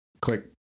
click